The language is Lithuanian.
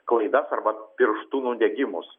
klaidas arba pirštų nudegimus